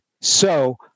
So-